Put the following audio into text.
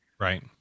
Right